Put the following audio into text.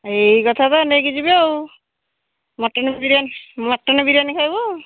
ଏଇ କଥା ତ ନେଇକି ଯିବି ଆଉ ମଟନ୍ ବିରିୟାନି ମଟନ୍ ବିରିୟାନି ଖାଇବୁ